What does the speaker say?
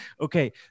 okay